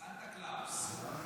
סנטה קלאוס.